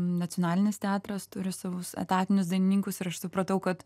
nacionalinis teatras turi savus etatinius dainininkus ir aš supratau kad